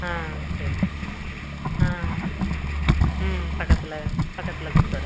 ஆ சரி ஆ ம் பக்கத்தில் பக்கத்தில் கொடுத்துறேன்